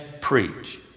preach